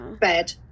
bed